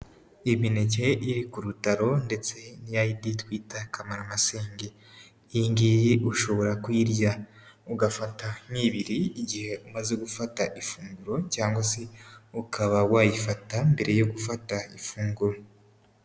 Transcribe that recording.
Imineke iri ku rutaro ndetse n'iyayindi twita kamaramasende, iy'ingiyi ushobora kuyirya ugafata nk'ibiri igihe umaze gufata ifunguro cyangwa se ukaba wayifata mbere yo gufata ifunguro.